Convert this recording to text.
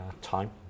Time